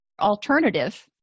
alternative